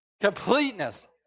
Completeness